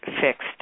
fixed